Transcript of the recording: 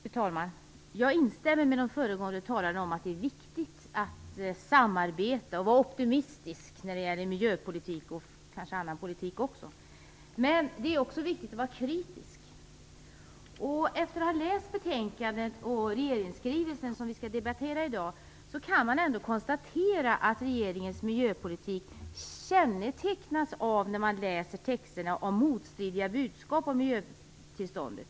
Fru talman! Jag instämmer med de föregående talarna om att det är viktigt att samarbeta och vara optimistisk när det gäller miljöpolitik, och kanske annan politik också, men det är också viktigt att vara kritisk. Efter att ha läst betänkandet och regeringsskrivelsen som vi skall debattera i dag kan man konstatera att regeringens miljöpolitik kännetecknas av motstridiga budskap om miljötillståndet.